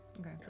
Okay